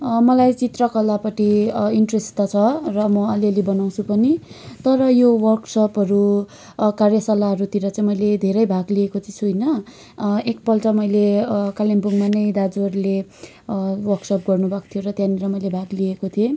मलाई चित्रकलापट्टि इन्ट्रेस्ट त छ र म अलिअलि बनाउँछु पनि तर यो वर्कसपहरू कार्यशालाहरूतिर चाहिँ मैले धेरै भाग लिएको चाहिँ छुइनँ एकपल्ट मैले कालिम्पोङमा नै दाजुहरूले वर्कसप गर्नुभएको थियो र त्यहाँनिर मैले भाग लिएको थिएँ